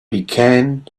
began